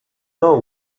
know